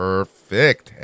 Perfect